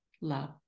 love